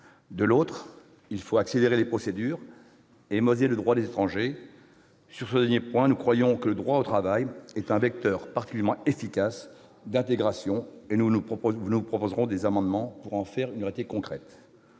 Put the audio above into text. De l'autre, il faut accélérer les procédures et moderniser le droit des étrangers. Sur ce dernier point, nous croyons que le droit au travail est un vecteur particulièrement efficace d'intégration et nous vous proposerons des amendements pour en faire une réalité concrète.